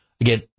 again